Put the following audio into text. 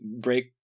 break